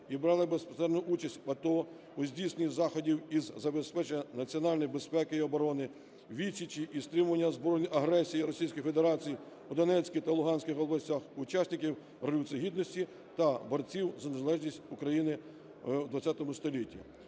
і брали безпосередню участь в АТО, у здійсненні заходів із забезпечення національної безпеки і оброни, відсічі і стримування збройної агресії Російської Федерації у Донецькій та Луганській областях, учасників Революції Гідності та борців за незалежність України в ХХ столітті.